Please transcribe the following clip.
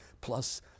plus